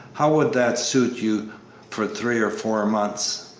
how would that suit you for three or four months?